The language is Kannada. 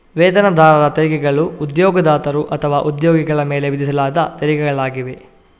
ವೇತನದಾರರ ತೆರಿಗೆಗಳು ಉದ್ಯೋಗದಾತರು ಅಥವಾ ಉದ್ಯೋಗಿಗಳ ಮೇಲೆ ವಿಧಿಸಲಾದ ತೆರಿಗೆಗಳಾಗಿವೆ